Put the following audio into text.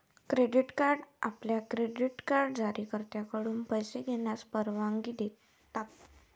credit card आपल्याला card जारीकर्त्याकडून पैसे घेण्यास परवानगी देतात